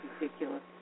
ridiculous